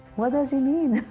what does he mean?